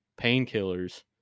painkillers